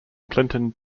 clinton